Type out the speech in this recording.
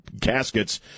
caskets